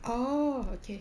oh okay